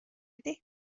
ydy